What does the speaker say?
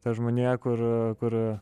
ta žmonija kur kur